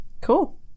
Cool